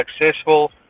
successful